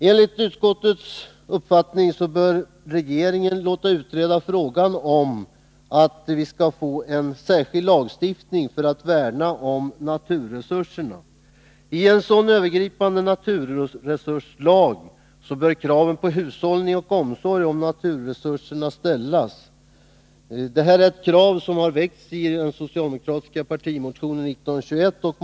Enligt utskottets uppfattning bör regeringen låta utreda frågan om en särskild lagstiftning när det gäller att värna om naturresurserna. I en sådan övergripande naturresurslag bör krav ställas på hushållning och omsorg om naturresurserna. Ett sådant krav framfördes i den socialdemokratiska partimotionen 1921.